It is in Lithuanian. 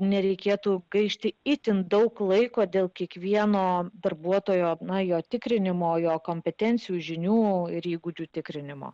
nereikėtų gaišti itin daug laiko dėl kiekvieno darbuotojo na jo tikrinimo jo kompetencijų žinių ir įgūdžių tikrinimo